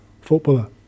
footballer